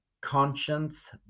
conscience